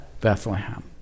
Bethlehem